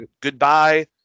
goodbye